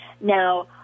Now